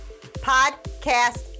Podcast